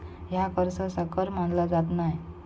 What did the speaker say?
ह्या कर सहसा कर मानला जात नाय